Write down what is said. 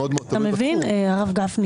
מבין, הרב גפני?